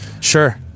sure